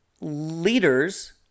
leaders